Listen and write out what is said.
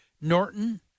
Norton